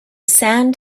sand